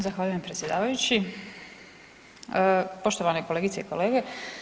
Zahvaljujem predsjedavajući, poštovane kolegice i kolege.